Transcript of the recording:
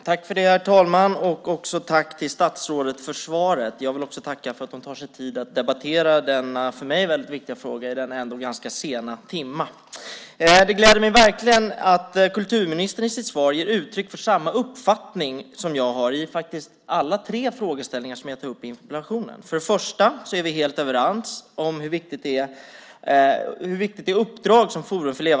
Herr talman! Tack, statsrådet, för svaret! Jag vill också tacka för att statsrådet tar sig tid att debattera denna för mig viktiga fråga i denna ändå ganska sena timma. Det gläder mig verkligen att kulturministern i sitt svar ger uttryck för samma uppfattning som jag har i alla de tre frågeställningar som jag tar upp i interpellationen. För det första är vi helt överens om hur viktigt Forum för levande historias uppdrag är.